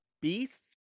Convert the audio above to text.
beasts